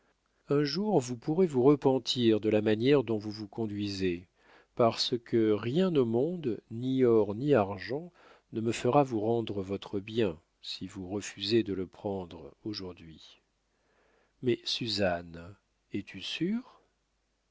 un jour vous pourrez vous repentir de la manière dont vous vous conduisez parce que rien au monde ni or ni argent ne me fera vous rendre votre bien si vous refusez de le prendre aujourd'hui mais suzanne es-tu sûre